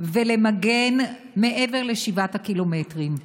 מיגון מעבר לשבעת הקילומטרים.